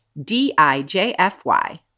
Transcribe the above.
D-I-J-F-Y